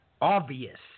obvious